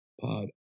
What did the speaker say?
pod